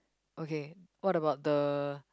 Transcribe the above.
okay what about the